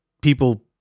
people